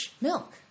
milk